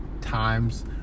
times